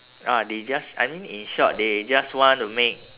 ah they just I mean in short they just want to make